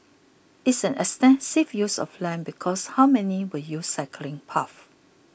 it's an extensive use of land because how many will use cycling paths